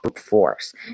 force